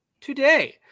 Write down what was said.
Today